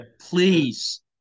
Please